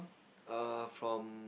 err from